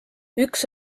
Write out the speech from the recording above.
üks